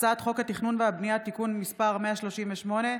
הצעת חוק התכנון והבנייה (תיקון מס' 138),